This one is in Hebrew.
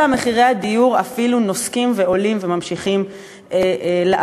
אלא מחירי הדיור אפילו נוסקים ועולים וממשיכים לעלות.